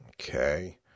Okay